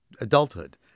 adulthood